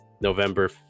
November